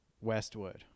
westwood